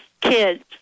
kids